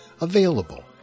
available